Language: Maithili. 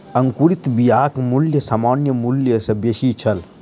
अंकुरित बियाक मूल्य सामान्य मूल्य सॅ बेसी छल